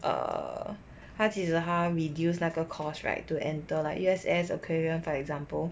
err 他即使他 reduce 那个 cost right to enter like U_S_S aquarium for example